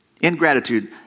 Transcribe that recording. ingratitude